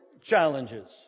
challenges